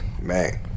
Man